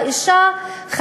האישה,